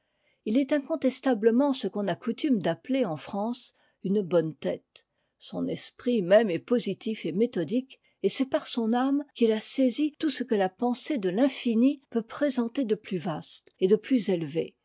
il est incontestablement ce qu'on a coutume d'appeler en france une bonne tête son esprit même est positif et méthodique et c'est par son âme qu'il a saisi tout ce que la pensée de l'infini peut présenter de plus vaste et de plus élevé